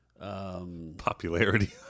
Popularity